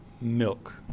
Milk